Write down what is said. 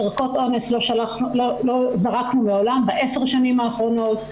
ערכות אונס לא זרקנו מעולם ב-10 השנים האחרונות,